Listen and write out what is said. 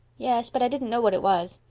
yes, but i didn't know what it was.